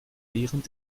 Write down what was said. während